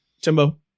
Timbo